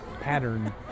pattern